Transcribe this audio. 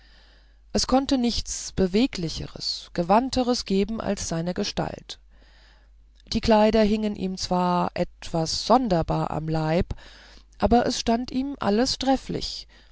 es konnte nichts beweglicheres gewandteres geben als seine gestalt die kleider hingen ihm zwar etwas sonderbar am leib aber es stand ihm alles trefflich